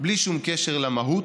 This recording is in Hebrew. בלי שום קשר למהות,